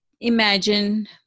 imagine